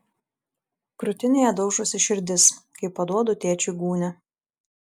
krūtinėje daužosi širdis kai paduodu tėčiui gūnią